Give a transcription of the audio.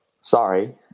sorry